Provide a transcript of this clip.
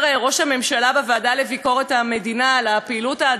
המדינה על הפעילות האדירה במדיניות החוץ,